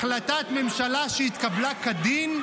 החלטת ממשלה שהתקבלה כדין,